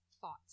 thoughts